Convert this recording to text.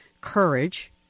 courage